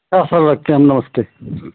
नमस्ते